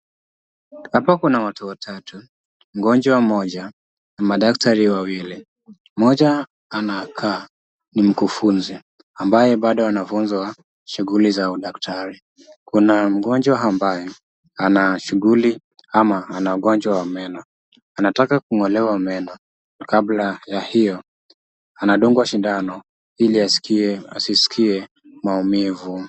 Hapa kuna watu watatu; mgonjwa mmoja na madaktari wawili. Mmoja anakaa ni mkufunzi ambaye bado anafunzwa shughuli za udaktari. Kuna mgonjwa ambaye ana shughuli ama ana ugonjwa wa meno. Anataka kung'olewa meno. Kabla ya hiyo anadungwa sindano ili asisikie maumivu.